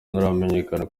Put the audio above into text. nturamenyekana